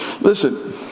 Listen—